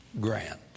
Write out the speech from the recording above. Grant